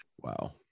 wow